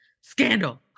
scandal